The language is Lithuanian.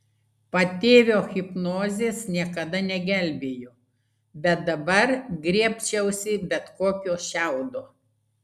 patėvio hipnozės niekada negelbėjo bet dabar griebčiausi bet kokio šiaudo